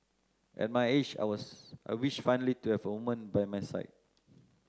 at my age I was I wish finally to have a woman by my side